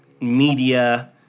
media